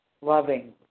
loving